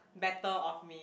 better of me